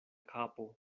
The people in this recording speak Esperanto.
kapo